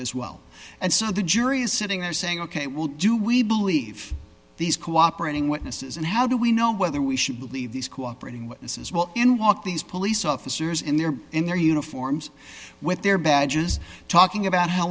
as well and so the jury is sitting there saying ok will do we believe these cooperating witnesses and how do we know whether we should believe these cooperating witnesses well in walked these police officers in their in their uniforms with their badges talking about how